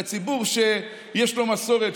מהציבור שיש לו מסורת,